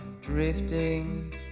Drifting